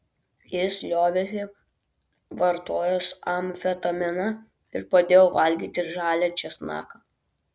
jis liovėsi vartojęs amfetaminą ir pradėjo valgyti žalią česnaką